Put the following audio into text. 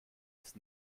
ist